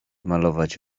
malować